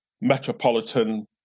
metropolitan